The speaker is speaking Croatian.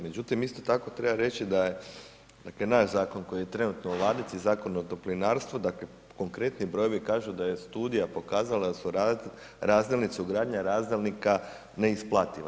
Međutim, isto tako treba reći da je dakle naš zakon koji je trenutno u ladici, Zakon o toplinarstvu, dakle konkretni brojevi kažu da je studija pokazala da su razdjelnice, ugradnja razdjelnika neisplativa.